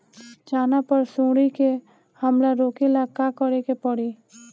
चना पर सुंडी के हमला रोके ला का करे के परी?